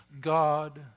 God